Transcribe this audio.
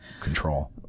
control